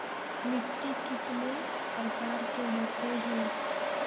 मिट्टी कितने प्रकार के होते हैं?